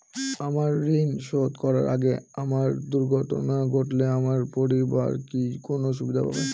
আমার ঋণ শোধ করার আগে আমার দুর্ঘটনা ঘটলে আমার পরিবার কি কোনো সুবিধে পাবে?